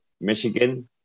Michigan